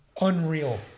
unreal